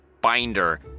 binder